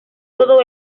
todo